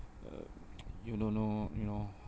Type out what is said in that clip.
uh you don't know you know